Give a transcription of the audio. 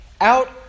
Out